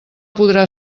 podrà